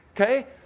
okay